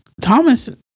Thomas